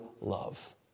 Love